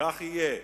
כך יהיה,